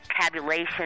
tabulation